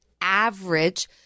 average